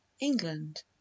England